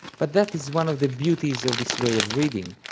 but that is one of the beauties of this way of reading,